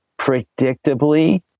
predictably